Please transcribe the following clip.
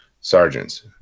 sergeants